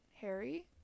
harry